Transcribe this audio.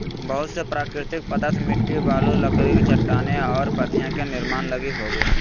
बहुत से प्राकृतिक पदार्थ मिट्टी, बालू, लकड़ी, चट्टानें और पत्तियाँ के निर्माण लगी होबो हइ